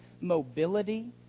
mobility